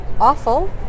awful